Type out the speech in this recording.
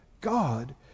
God